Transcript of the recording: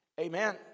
Amen